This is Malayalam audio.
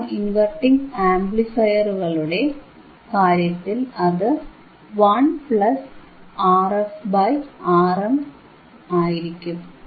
നോൺ ഇൻവെർട്ടിംഗ് ആംപ്ലിഫയറുകളുടെ കാര്യത്തിൽ അത് 1Rf Rin ആയിരിക്കും